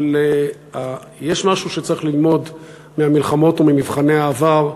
אבל יש משהו שצריך ללמוד מהמלחמות וממבחני העבר,